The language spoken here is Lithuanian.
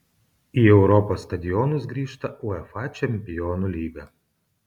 į europos stadionus grįžta uefa čempionų lyga